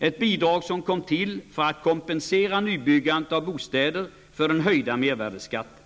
Investeringsbidraget kom till för att kompensera nybyggandet av bostäder på grund av höjningen av mervärdeskatten.